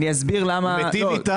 הוא מיטיב איתם.